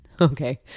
Okay